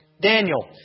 Daniel